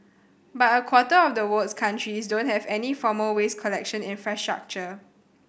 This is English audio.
but a quarter of the world's countries don't have any formal waste collection infrastructure